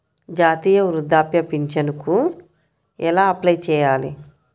జాతీయ వృద్ధాప్య పింఛనుకి ఎలా అప్లై చేయాలి?